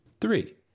Three